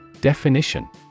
Definition